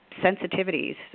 sensitivities